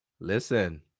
listen